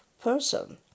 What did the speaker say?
person